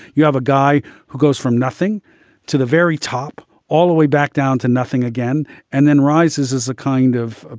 you have a guy who goes from nothing to the very top all the way back down to nothing again and then rises as a kind of, ah